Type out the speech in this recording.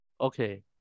Okay